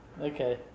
Okay